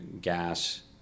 gas